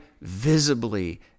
visibly